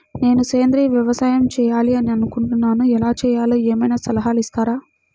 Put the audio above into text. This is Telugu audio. నేను సేంద్రియ వ్యవసాయం చేయాలి అని అనుకుంటున్నాను, ఎలా చేయాలో ఏమయినా సలహాలు ఇస్తారా?